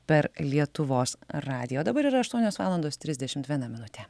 per lietuvos radiją o dabar yra aštuonios valandos trisdešimt viena minutė